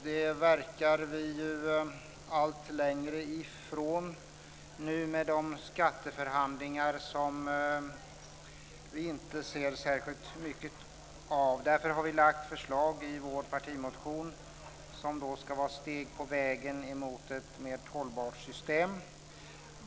Det verkar vi komma allt längre ifrån nu med de skatteförhandlingar som man inte ser särskilt mycket av. Därför har vi lagt fram förslag i vår partimotion som ska vara steg på vägen mot ett mer hållbart system.